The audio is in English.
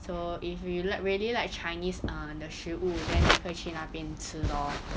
so if you li~ you really like chinese err 的食物 then 你可以去那边吃 lor